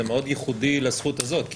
זה מאוד ייחודי לזכות הזאת.